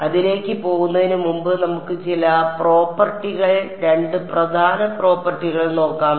അതിനാൽ അതിലേക്ക് പോകുന്നതിന് മുമ്പ് നമുക്ക് ചില പ്രോപ്പർട്ടികൾ 2 പ്രധാന പ്രോപ്പർട്ടികൾ നോക്കാം